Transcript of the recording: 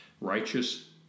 righteous